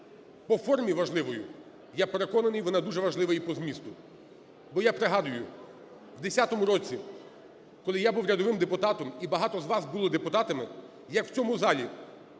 по формі важливою, я переконаний, вона дуже і важлива і по змісту. Бо я пригадую, в десятому році, коли я був рядовим депутатом і багато з вас були депутатами, як в цьому залі